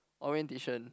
orientation